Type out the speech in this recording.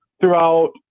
throughout